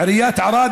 עיריית ערד